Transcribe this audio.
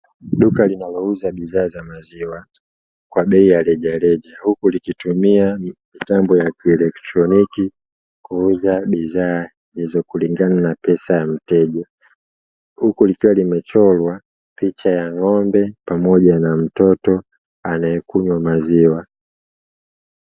Duka linalouza bidhaa za maziwa kwa bei ya rejareja, huku likitumia mitambo ya kielektroniki kuuza bidhaa kuendana na pesa za mteja. Huku likiwa limechorwa picha ya ng’ombe, pamoja na mtoto anayekunywa maziwa.